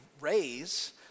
raise